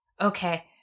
okay